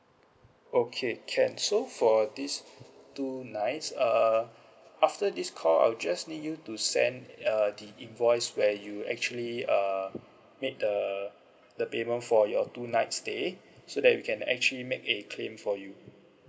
okay can so for this two nights uh after this call I'll just need you to send uh the invoice where you actually uh made the the payment for your two nights stay so that we can actually make a claim for you